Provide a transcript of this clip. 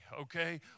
okay